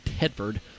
Tedford